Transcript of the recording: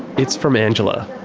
it's from angela.